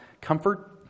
comfort